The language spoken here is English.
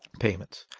payments.